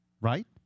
Right